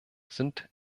sind